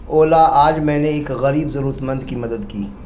اولا آج میں نے ایک غریب ضرورت مند کی مدد کی